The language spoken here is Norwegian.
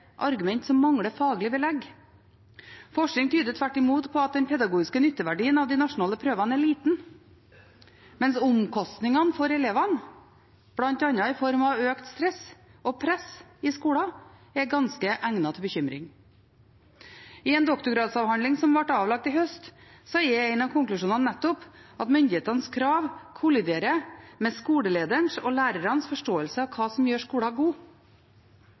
argument som mangler faglig belegg. Forskning tyder tvert imot på at den pedagogiske nytteverdien av de nasjonale prøvene er liten, mens omkostningene for elevene, bl.a. i form av økt stress og press i skolen, er ganske egnet til bekymring. I en doktorgradsavhandling som ble avlagt i høst, er en av konklusjonene nettopp at myndighetenes krav kolliderer med skolelederens og lærernes forståelse av hva som gjør